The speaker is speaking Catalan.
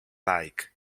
laic